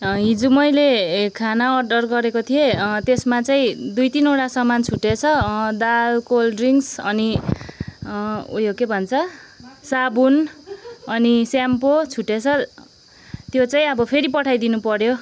हिजो मैले खाना अर्डर गरेको थिएँ त्यसमा चाहिँ दुई तिनवटा सामान छुटेछ दाल कोल्ड ड्रिङ्क्स अनि उयो के भन्छ साबुन अनि स्याम्पो छुटेछ त्यो चाहिँ अब फेरि पठाइदिनुपऱ्यो